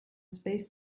space